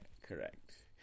correct